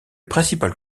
principal